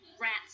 Rats